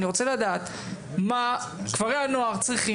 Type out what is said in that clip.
אני רוצה לדעת מה כפרי הנוער צריכים